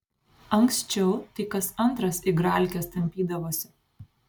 anksčiau tai kas antras igralkes tampydavosi